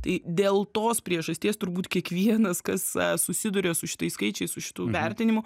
tai dėl tos priežasties turbūt kiekvienas kas susiduria su šitais skaičiais su šitu vertinimu